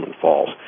falls